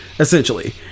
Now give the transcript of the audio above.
Essentially